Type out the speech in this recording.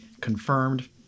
confirmed